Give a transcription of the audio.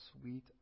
sweet